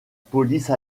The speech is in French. police